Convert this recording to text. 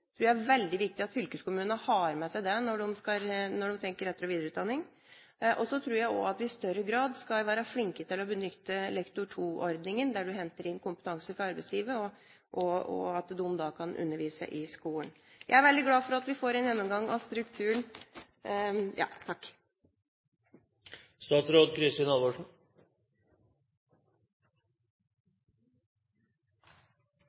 Så tror jeg også at vi i større grad skal være flinke til å benytte Lektor 2-ordningen, der man henter inn folk med kompetanse fra arbeidslivet som kan undervise i skolen. Jeg er veldig glad for at vi får en gjennomgang av strukturen.